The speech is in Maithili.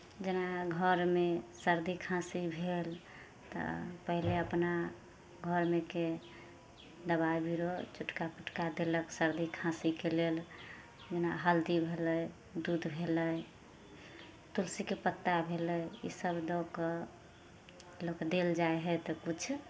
जेना घरमे सर्दी खाँसी भेल तऽ पहिले अपना घरमेके दबाइ बीरो छुटका फुटका देलक सर्दी खाँसीके लेल जेना हल्दी भेलै दूध भेलै तुलसीके पत्ता भेलै इसभ दऽ कऽ लोककेँ देल जाइ हइ तऽ किछु